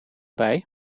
bij